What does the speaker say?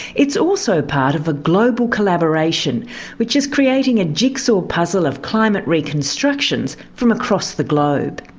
it's also part of a global collaboration which is creating a jigsaw puzzle of climate reconstructions from across the globe.